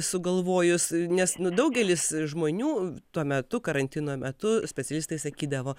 sugalvojus nes nu daugelis žmonių tuo metu karantino metu specialistai sakydavo